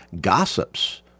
gossips